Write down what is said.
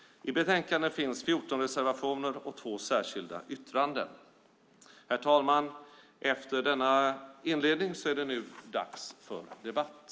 I betänkandet finns 14 reservationer och 2 särskilda yttranden. Herr talman! Efter denna inledning är det dags för debatt.